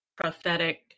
prophetic